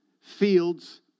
fields